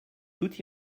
tout